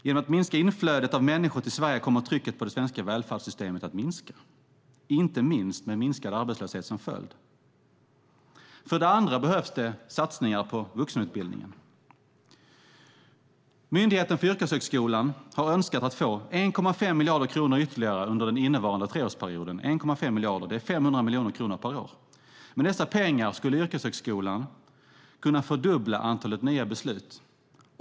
Genom att minska inflödet av människor till Sverige kommer trycket på det svenska välfärdssystemet att minska, inte minst med minskad arbetslöshet som följd. För det andra behövs det satsningar på vuxenutbildningen. Myndigheten för yrkeshögskolan har önskat att få 1,5 miljarder kronor ytterligare under den innevarande treårsperioden. Det är 500 miljoner kronor per år. Med dessa pengar skulle yrkeshögskolan kunna fördubbla antalet nya beslut.